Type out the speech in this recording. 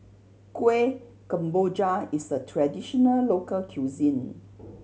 Kueh Kemboja is a traditional local cuisine